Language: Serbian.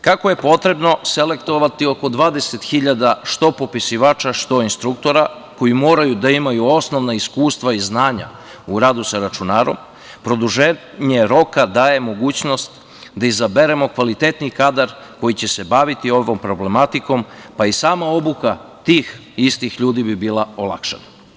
Kako je potrebno selektovati oko 20.000 što popisivača, što instruktora, koji moraju da imaju osnovna iskustva i znanja u radu sa računarom, produženje roka daje mogućnost da izaberemo kvalitetniji kadar koji će se baviti ovom problematikom, pa je i sama obuka tih istih ljudi bi bila olakšana.